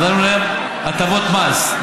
נתנו להם הטבות מס.